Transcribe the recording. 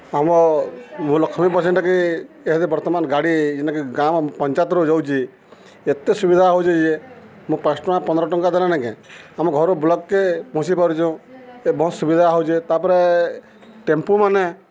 ଆମ ମୁଁ ଲକ୍ଷ୍ମୀ ବସ୍ ଜେନ୍ଟାକି ଇହାଦେ ବର୍ତ୍ତମାନ୍ ଗାଡ଼ି ଯେନ୍ଟାକି ଗାଁ ପଞ୍ଚାୟତ୍ରୁ ଯାଉଛେ ଏତେ ସୁବିଧା ହଉଛେ ଯେ ମୁଁ ପାଞ୍ଚ୍ ଟଙ୍କା ପନ୍ଦ୍ର ଟଙ୍କା ଦେଲେ ନକେ ଆମ ଘରୁ ବ୍ଲକ୍କେ ପହଞ୍ଚି ପାରୁଚୁଁ ଏ ବହୁତ୍ ସୁବିଧା ହଉଚେ ତା'ପରେ ଟେମ୍ପୁମାନେ